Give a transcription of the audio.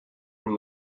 from